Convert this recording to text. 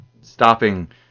stopping